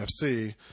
FC